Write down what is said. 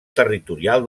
territorial